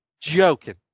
joking